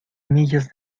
millas